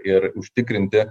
ir užtikrinti